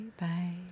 bye